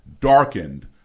darkened